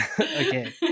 Okay